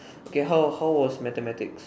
okay how how was mathematics